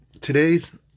Today's